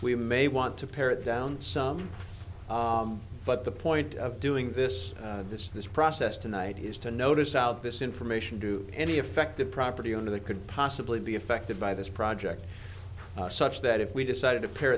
we may want to pare it down some but the point of doing this this this process tonight is to notice out this information to any affected property owner that could possibly be affected by this project such that if we decided to pare